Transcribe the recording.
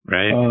Right